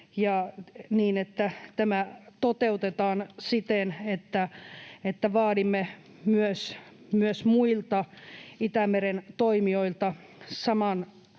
tämä toteutetaan siten, että vaadimme myös muilta Itämeren toimijoilta samaa